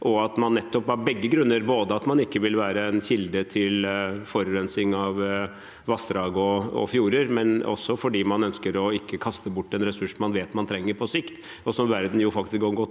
god måte, nettopp av to grunner, både at man ikke vil være en kilde til forurensning av vassdrag og fjorder, og at man ikke ønsker å kaste bort en ressurs man vet man trenger på sikt, og som verden faktisk kan